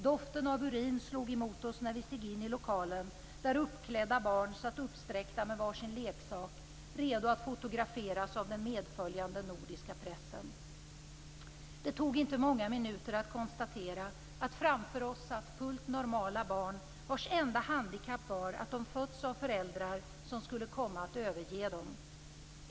Doften av urin slog emot oss när vi steg in i lokalen, där uppklädda barn satt uppsträckta med var sin leksak, redo att fotograferas av den medföljande nordiska pressen. Det tog inte många minuter att konstatera att framför oss satt fullt normala barn vars enda handikapp var att de fötts av föräldrar som skulle komma att överge dem.